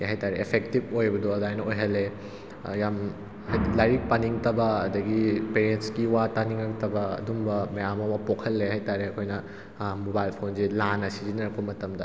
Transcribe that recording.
ꯀꯔꯤ ꯍꯥꯏꯇꯥꯔꯦ ꯑꯦꯐꯦꯛꯇꯤꯕ ꯑꯣꯏꯕꯗꯣ ꯑꯗꯨꯃꯥꯏꯅ ꯑꯣꯏꯍꯜꯂꯦ ꯌꯥꯝ ꯍꯥꯏꯗꯤ ꯂꯥꯏꯔꯤꯛ ꯄꯥꯅꯤꯡꯂꯛꯇꯕ ꯑꯗꯒꯤ ꯄꯦꯔꯦꯟꯁꯀꯤ ꯋꯥ ꯇꯥꯅꯤꯡꯂꯛꯇꯕ ꯑꯗꯨꯒꯨꯝꯕ ꯃꯌꯥꯝ ꯑꯃ ꯄꯣꯛꯍꯜꯂꯦ ꯍꯥꯏꯇꯥꯔꯦ ꯑꯩꯈꯣꯏꯅ ꯃꯣꯕꯥꯏꯜ ꯐꯣꯟꯁꯦ ꯂꯥꯟꯅ ꯁꯤꯖꯤꯟꯅꯔꯛꯄ ꯃꯇꯝꯗ